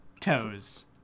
toes